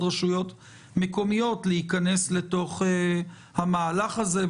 רשויות מקומיות להיכנס לתוך המהלך הזה.